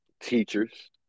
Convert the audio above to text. teachers